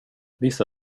vissa